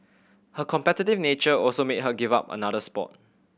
her competitive nature also made her give up another sport